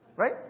Right